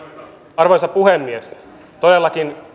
arvoisa puhemies todellakin